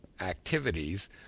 activities